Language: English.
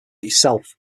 yourself